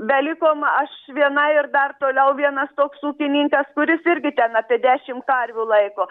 belikom aš viena ir dar toliau vienas toks ūkininkas kuris irgi ten apie dešimt karvių laiko